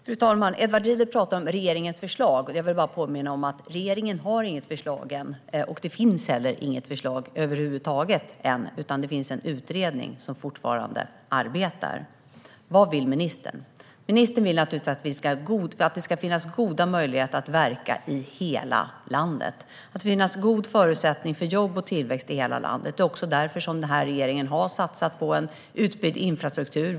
Fru talman! Edward Riedl pratar om regeringens förslag. Jag vill bara påminna om att regeringen inte har något förslag, och det finns inget förslag över huvud taget än, utan det finns en utredning som fortfarande arbetar. Vad vill ministern? Ministern vill naturligtvis att det ska finnas goda möjligheter att verka i hela landet. Det ska finnas goda förutsättningar för jobb och tillväxt i hela landet. Det är också därför som den här regeringen har satsat på en utbyggd infrastruktur.